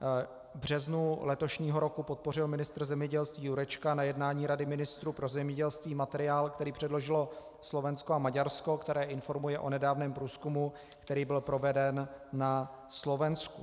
V březnu letošního roku podpořil ministr zemědělství Jurečka na jednání Rady ministrů pro zemědělství materiál, který předložilo Slovensko a Maďarsko, jež informuje o nedávném průzkumu, který byl proveden na Slovensku.